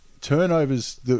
turnovers